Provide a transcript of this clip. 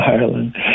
Ireland